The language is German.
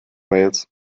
wales